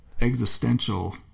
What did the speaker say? existential